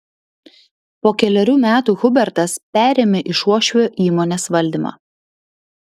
po kelerių metų hubertas perėmė iš uošvio įmonės valdymą